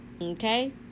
Okay